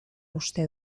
uste